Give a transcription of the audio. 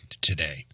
today